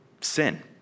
sin